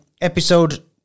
episode